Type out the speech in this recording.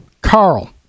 Carl